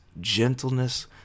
gentleness